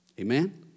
Amen